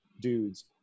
dudes